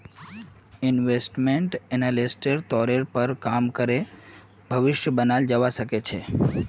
investment एनालिस्टेर तौरेर पर काम करे भविष्य बनाल जावा सके छे